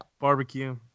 barbecue